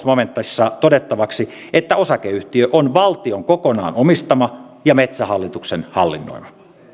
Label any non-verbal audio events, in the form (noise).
(unintelligible) momentissa todettavaksi että osakeyhtiö on valtion kokonaan omistama ja metsähallituksen hallinnoima